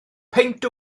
peint